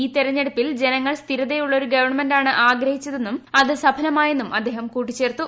ഈ തിരഞ്ഞെടുപ്പിൽ ജനങ്ങൾ സ്ഥിരതയുള്ള ഒരു ഗവൺമെന്റാണ് ആഗ്രഹിച്ചതെന്നും അത് സഫലമായെന്നും അദ്ദേഹം കൂട്ടിച്ചേർത്തു